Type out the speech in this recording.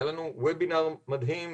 היה לנו וובינר מדהים,